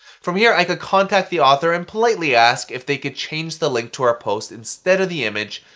from here, i could contact the author and politely ask if they could change the link to our post instead of the image,